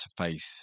interface